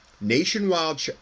nationwide